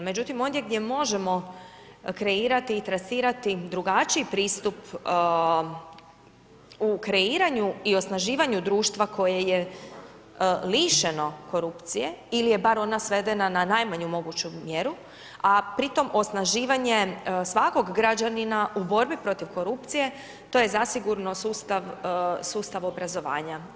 Međutim ondje gdje možemo kreirati i trasirati drugačiji pristup u kreiranju i osnaživanju društva koje je lišeno korupcije ili je bar ona svedena na najmanju moguću mjeru, a pritom osnaživanje svakog građanina u borbi protiv korupcije, to je zasigurno sustav obrazovanja.